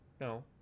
no